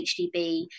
HDB